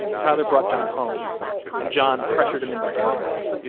tyler brought john home and john pressured him into doing that.